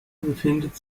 befindet